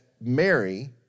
Mary